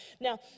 Now